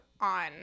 on